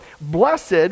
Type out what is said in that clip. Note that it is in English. Blessed